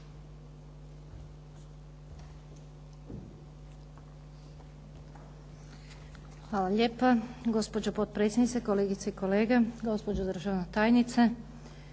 Hvala lijepa, gospođo potpredsjednice. Kolegice i kolege, gospođo državna tajnice.